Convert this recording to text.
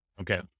okay